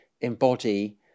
embody